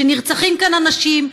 כשנרצחים כאן אנשים,